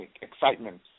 excitement